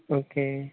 okay